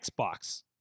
Xbox